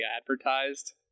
advertised